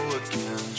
again